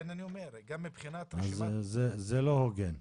לכן אני אומר -- זה לא הוגן.